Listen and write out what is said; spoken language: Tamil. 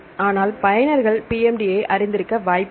ஆனால் பயனர்கள் PMD ஐ அறிந்திருக்க வாய்ப்பில்லை